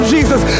Jesus